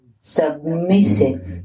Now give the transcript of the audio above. submissive